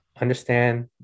understand